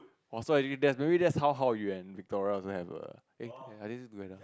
oh so that that's maybe that's maybe how how you and Victoria also have a eh are they still together